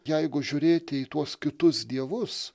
jeigu žiūrėti į tuos kitus dievus